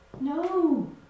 No